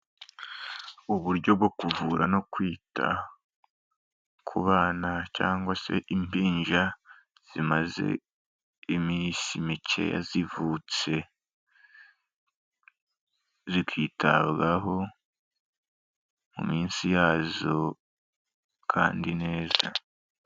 Uburyo bwo kuvura no kwita ku bana cyangwa se impinja zimaze iminsi mike zivutse, zikitabwaho mu minsi yazo kandi neza.